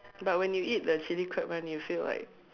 but when you eat the chilli crab one you'll feel like